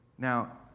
Now